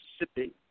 Mississippi